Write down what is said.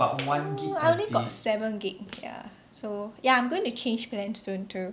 oo I only got seven gig ya so ya I'm gonna change plan soon too